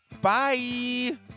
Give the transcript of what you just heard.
bye